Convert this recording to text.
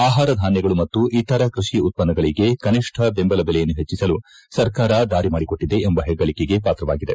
ಆಪಾರ ಧಾನ್ಗಗಳು ಮತ್ತು ಇತರ ಕೃಷಿ ಉತ್ತನ್ನಗಳಿಗೆ ಕನಿಷ್ಟ ಬೆಂಬಲ ಬೆಲೆಯನ್ನು ಪೆಟ್ಟಿಸಲು ಸರ್ಕಾರ ದಾರಿ ಮಾಡಿಕೊಟ್ಟದೆ ಎಂಬ ಪೆಗ್ಗಳಿಕೆಗೆ ಪಾತ್ರವಾಗಿದೆ